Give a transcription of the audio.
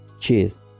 Cheers